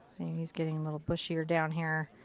he's getting a little bushier down here.